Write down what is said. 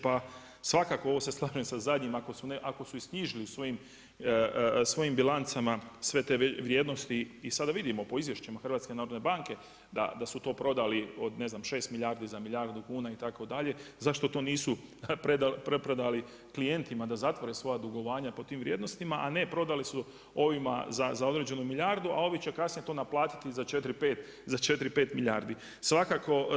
Pa svakako ovo se slažem sa zadnjim ako su isknjižili u svojim bilancama sve te vrijednosti i sada vidimo po izvješćima HNB-a da su to prodali od ne znam 6 milijardi za milijardu kuna itd. zašto to nisu preprodali klijentima da zatvore svoja dugovanja po tim vrijednostima, a ne prodali su ovima za određenu milijardu, a ovi će to kasnije naplatiti za 4, 5 milijardi.